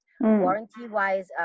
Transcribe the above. Warranty-wise